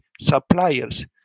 suppliers